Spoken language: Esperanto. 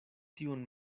tiun